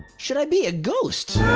should i be a ghost?